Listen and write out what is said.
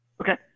Okay